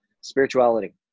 spirituality